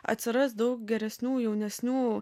atsiras daug geresnių jaunesnių